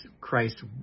Christ